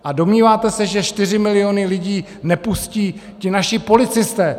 A domníváte se, že čtyři miliony lidí nepustí ti naši policisté?